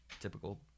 typical